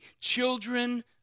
children